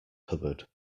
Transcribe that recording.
cupboard